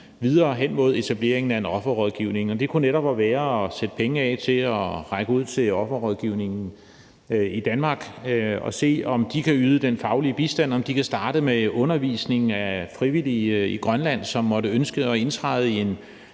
videre hen mod etableringen af en offerrådgivning. Det kunne netop være at sætte penge af til at kunne række ud til offerrådgivningen i Danmark og se, om de kan yde den faglige bistand, og om de kan starte undervisningen af frivillige i Grønland, som måtte ønske at indtræde i en